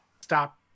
stop